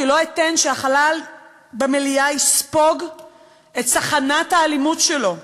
כי לא אתן שהחלל במליאה יספוג את צחנת האלימות שלו,